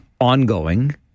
ongoing